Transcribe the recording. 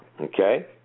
Okay